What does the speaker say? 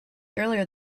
earlier